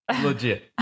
Legit